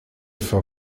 for